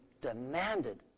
demanded